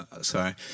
Sorry